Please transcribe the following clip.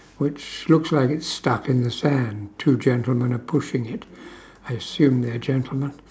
which looks like it's stuck in the sand two gentlemen are pushing it I assume they're gentlemen